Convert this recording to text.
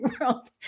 world